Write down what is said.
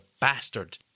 bastard